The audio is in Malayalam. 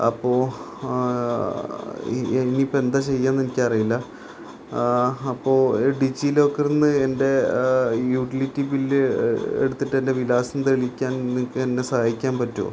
അപ്പോള് ഇനിയിപ്പോള് എന്താ ചെയ്യാന്ന് എനിക്കറിയില്ല അപ്പോള് ഡിജിലോക്കറിന്ന് എൻറെ യൂട്ടിലിറ്റി ബില് എടുത്ത് എൻറെ വിലാസം തെളിയിക്കാൻ നിങ്ങള്ക്ക് എന്നെ സഹായിക്കാൻ പറ്റുമോ